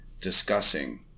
discussing